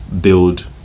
build